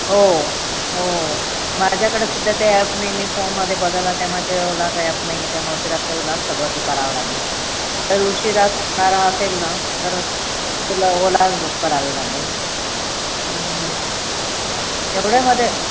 हो हो माझ्याकडं सध्या ते ॲप नाही मी फोन मध्ये बदलला त्यामुळे ते ओलाचं ॲप नाही आहे त्यामुळे ते रात तुलाच सगळं ते करावं लागेल जर उशीरा सुटणार असेल ना तर तुला ओला बुक करावी लागेल एवढ्यामध्ये